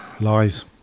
lies